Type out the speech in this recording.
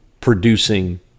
producing